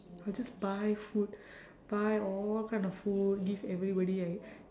I'll just buy food buy all kind of food give everybody I